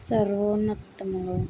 సర్వోన్నత్తము